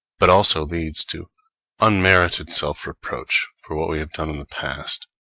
but also leads to unmerited self-reproach for what we have done in the past.